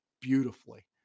beautifully